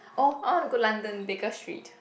orh I want to go London Baker Street